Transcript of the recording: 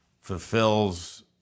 fulfills